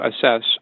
assess